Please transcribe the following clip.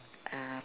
uh